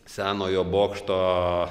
senojo bokšto